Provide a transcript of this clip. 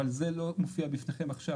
אבל זה לא מופיע בפניכם עכשיו.